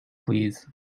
please